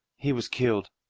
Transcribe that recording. he was killed.